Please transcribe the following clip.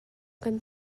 kan